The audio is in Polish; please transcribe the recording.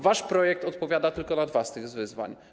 Wasz projekt odpowiada tylko na dwa z tych wyzwań.